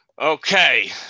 Okay